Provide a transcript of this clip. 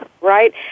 right